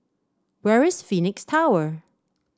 where is Phoenix Tower